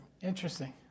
interesting